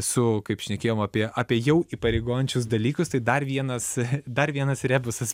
su kaip šnekėjom apie apie jau įpareigojančius dalykus tai dar vienas dar vienas rebusas